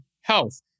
health